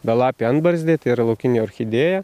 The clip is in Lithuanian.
belapė antbarzdė tai yra laukinė orchidėja